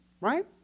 right